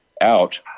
out